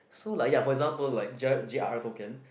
so like ya for example like j~ J_R Tolkien